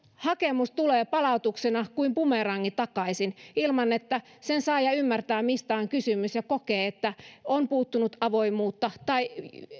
hakemus tulee palautuksena kuin bumerangi takaisin ilman että sen saaja ymmärtää mistä on kysymys ja niin että hän kokee että on puuttunut avoimuutta tai